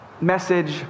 message